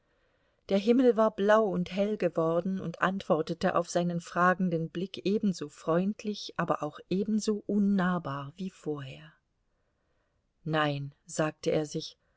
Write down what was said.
der himmel war blau und hell geworden und antwortete auf seinen fragenden blick ebenso freundlich aber auch ebenso unnahbar wie vorher nein sagte er sich